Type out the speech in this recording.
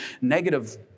negative